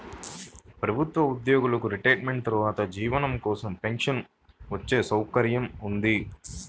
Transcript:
ప్రభుత్వ ఉద్యోగులకు రిటైర్మెంట్ తర్వాత జీవనం కోసం పెన్షన్ వచ్చే సౌకర్యం ఉంది